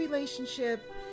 relationship